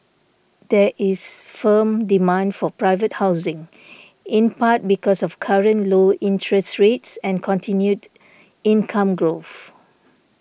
there is firm demand for private housing in part because of current low interest rates and continued income growth